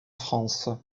france